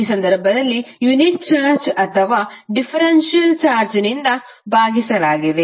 ಈ ಸಂದರ್ಭದಲ್ಲಿ unit charge ಅಥವಾ ಡಿಫರೆನ್ಷಿಯಲ್ ಚಾರ್ಜ್ನಿಂದ ಭಾಗಿಸಲಾಗಿದೆ